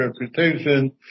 reputation